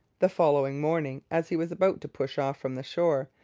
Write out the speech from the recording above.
the following morning, as he was about to push off from the shore,